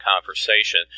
conversation